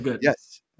yes